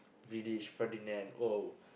Vidic Ferdinand oh